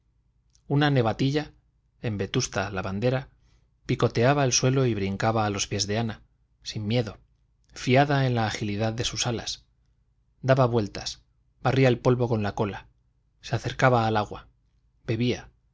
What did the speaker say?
se convertía en rizada plata una nevatilla en vetusta lavandera picoteaba el suelo y brincaba a los pies de ana sin miedo fiada en la agilidad de sus alas daba vueltas barría el polvo con la cola se acercaba al agua bebía